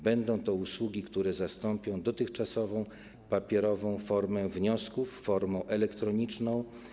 Będą to usługi, które zastąpią dotychczasową papierową formę wniosków formą elektroniczną.